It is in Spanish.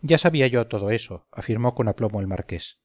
ya sabía yo todo eso afirmó con aplomo el marqués